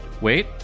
Wait